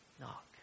knock